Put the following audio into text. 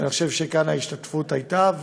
ואני חושב שכאן ההשתתפות הייתה,